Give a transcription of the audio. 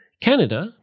Canada